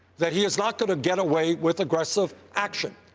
that he is not going to get away with aggressive action.